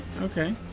okay